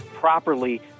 properly